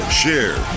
share